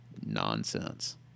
nonsense